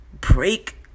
break